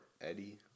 Eddie